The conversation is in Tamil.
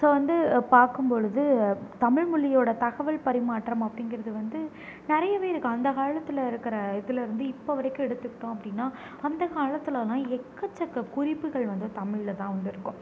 ஸோ வந்து பார்க்கும்பொழுது தமிழ்மொழியோட தகவல் பரிமாற்றம் அப்படிங்கிறது வந்து நிறையவே இருக்குது அந்த காலத்தில் இருக்கிற இதுலயிருந்து இப்போ வரைக்கும் எடுத்துகிட்டோம் அப்படின்னா அந்த காலத்திலலாம் எக்கச்சக்க குறிப்புகள் வந்து தமிழ்ல தான் வந்திருக்கும்